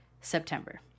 September